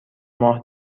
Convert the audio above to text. ماه